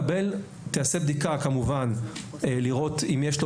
תיעשה בדיקה לראות אם יש לו